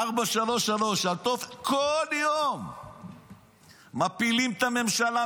433. כל יום מפילים את הממשלה,